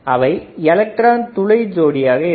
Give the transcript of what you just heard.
அவை எலக்ட்ரான் துளை ஜோடியாக இருக்கும்